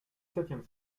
septième